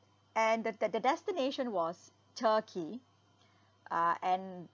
and the the destination was turkey uh and